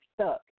stuck